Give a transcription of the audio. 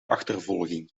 achtervolging